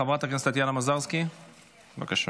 חברת הכנסת טטיאנה מזרסקי, בבקשה.